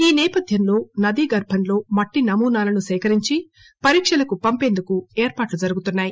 ఈ సేపథ్యంలో నదీగర్భంలో మట్టి నమూనాలను సేకరించి పరీక్షలకు పంపేందుకు ఏర్పాట్లు జరుగుతున్నాయి